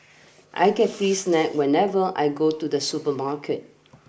I get free snack whenever I go to the supermarket